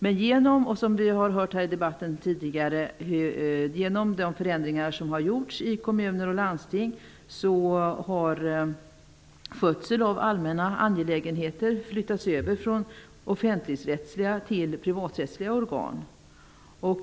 Men som vi hört tidigare i debatten har genom de förändringar som gjorts i kommuner och landsting skötseln av allmänna angelägenheter flyttats över från offentligrättsliga till privaträttsliga organ.